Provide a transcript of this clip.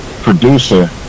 producer